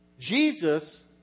Jesus